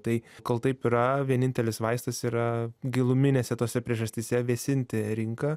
tai kol taip yra vienintelis vaistas yra giluminėse tose priežastyse vėsinti rinką